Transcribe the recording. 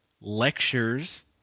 lectures